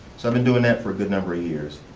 so i been doing that for a good number of years.